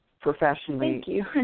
professionally